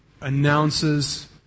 announces